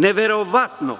Neverovatno,